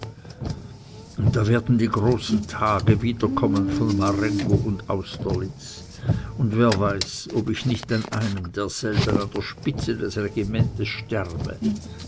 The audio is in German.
und da werden die großen tage wieder kommen von marengo und austerlitz und wer weiß ob ich nicht an einem derselben an der spitze des regimentes sterbe